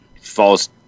falls